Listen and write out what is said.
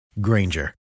Granger